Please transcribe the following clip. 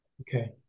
Okay